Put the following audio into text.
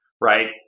right